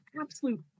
absolute